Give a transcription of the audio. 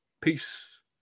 Peace